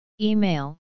Email